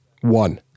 one